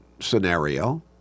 scenario